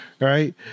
Right